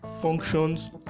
functions